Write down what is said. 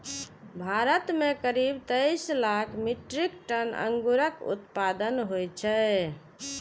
भारत मे करीब तेइस लाख मीट्रिक टन अंगूरक उत्पादन होइ छै